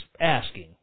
asking